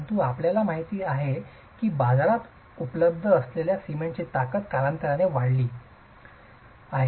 परंतु आपल्याला माहिती आहेच की बाजारात उपलब्ध असलेल्या सिमेंटची ताकद कालांतराने वाढली आहे